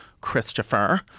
Christopher